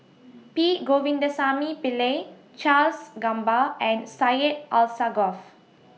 P Govindasamy Pillai Charles Gamba and Syed Alsagoff